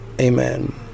Amen